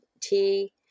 tea